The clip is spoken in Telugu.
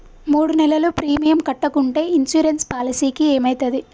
మూడు నెలలు ప్రీమియం కట్టకుంటే ఇన్సూరెన్స్ పాలసీకి ఏమైతది?